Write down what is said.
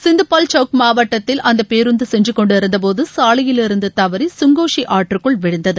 சிந்தபால்சவுக் மாவட்டத்தில் அந்த பேருந்து சென்றுக்கொண்டிருந்தபோது சாலையிலிருந்து தவறி சுங்கோஷி ஆற்றுக்குள் விழுந்தது